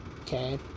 Okay